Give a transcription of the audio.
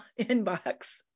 inbox